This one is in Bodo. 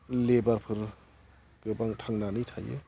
लेबारफोर गोबां थांनानै थायो